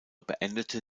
beendete